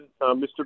Mr